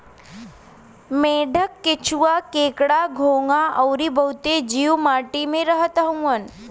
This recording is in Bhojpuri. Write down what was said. मेंढक, केंचुआ, केकड़ा, घोंघा अउरी बहुते जीव माटी में रहत हउवन